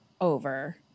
over